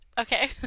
Okay